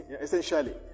essentially